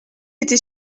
été